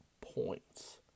points